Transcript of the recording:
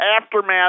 aftermath